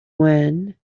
when